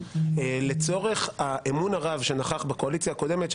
לצורך האמון הרב שנכח בקואליציה הקודמת,